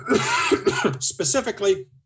Specifically